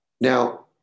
Now